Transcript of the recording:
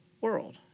world